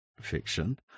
fiction